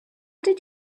did